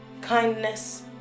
kindness